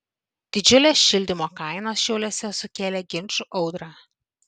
didžiulės šildymo kainos šiauliuose sukėlė ginčų audrą